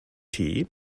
tee